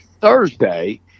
Thursday